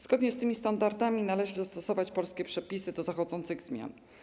Zgodnie z tym standardem należy dostosować polskie przepisy do zachodzących zmian.